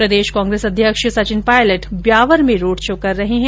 प्रदेश कांग्रेस अध्यक्ष सचिन पायलट ब्यावर में road show कर रहे है